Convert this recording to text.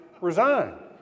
resign